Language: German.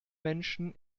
menschen